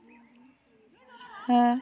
ᱦᱚᱸ